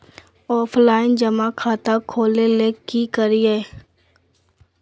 Offline जमा खाता खोले ले की करिए?